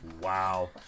Wow